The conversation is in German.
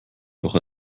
doch